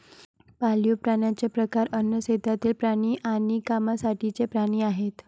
पाळीव प्राण्यांचे प्रकार अन्न, शेतातील प्राणी आणि कामासाठीचे प्राणी आहेत